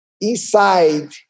inside